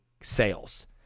sales